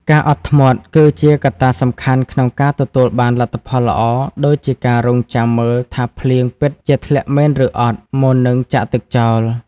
ការអត់ធ្មត់ គឺជាកត្តាសំខាន់ក្នុងការទទួលបានលទ្ធផលល្អ ដូចជាការរង់ចាំមើលថាភ្លៀងពិតជាធ្លាក់មែនឬអត់ មុននឹងចាក់ទឹកចោល។